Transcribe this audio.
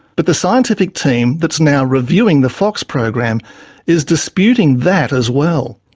but the scientific team that's now reviewing the fox program is disputing that as well.